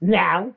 now